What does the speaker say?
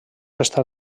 estan